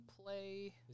play